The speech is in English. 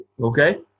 Okay